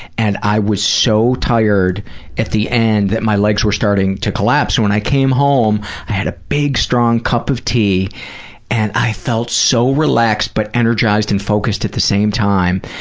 and i was so tired at the end that my legs were starting to collapse, and when i came home, i had a big, strong cup of tea and i felt so relaxed but energized and focused at the same time,